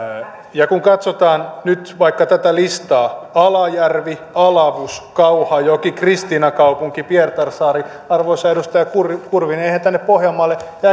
ja kun katsotaan nyt vaikka tätä listaa alajärvi alavus kauhajoki kristiinankaupunki pietarsaari arvoisa edustaja kurvinen jääkö tänne pohjanmaalle